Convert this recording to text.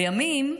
לימים,